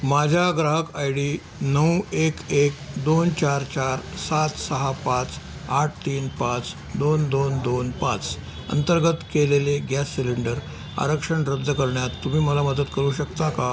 माझ्या ग्राहक I D नऊ एक एक दोन चार चार सात सहा पाच आठ तीन पाच दोन दोन दोन पाच अंतर्गत केलेले ग्यास सिलेंडर आरक्षण रद्द करण्यात तुम्ही मला मदत करू शकता का